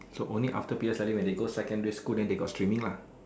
so only after P_S_L_E when they go secondary school then they got streaming lah